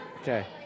Okay